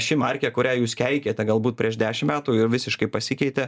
ši markė kurią jūs keikėte galbūt prieš dešim metų jau visiškai pasikeitė